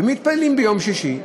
ומתפללים ביום שישי,